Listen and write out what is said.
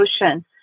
ocean